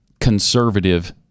conservative